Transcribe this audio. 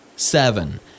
Seven